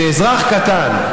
כשאזרח קטן,